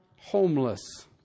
homeless